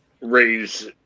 raise